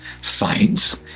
science